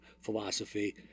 philosophy